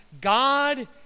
God